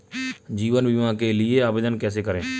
जीवन बीमा के लिए आवेदन कैसे करें?